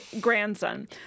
grandson